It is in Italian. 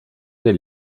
del